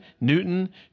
Newton